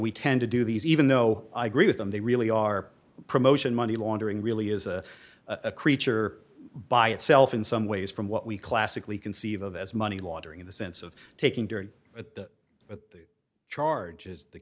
we tend to do these even though i agree with them they really are promotion money laundering really is a creature by itself in some ways from what we classically conceived of as money laundering in the sense of taking during the charges th